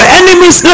enemies